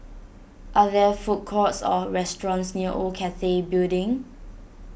are there food courts or restaurants near Old Cathay Building